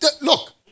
Look